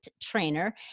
trainer